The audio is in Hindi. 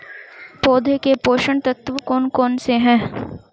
पौधों के पोषक तत्व कौन कौन से हैं?